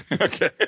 Okay